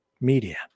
media